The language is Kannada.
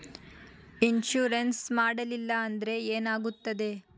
ಇನ್ಶೂರೆನ್ಸ್ ಮಾಡಲಿಲ್ಲ ಅಂದ್ರೆ ಏನಾಗುತ್ತದೆ?